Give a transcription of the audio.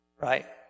right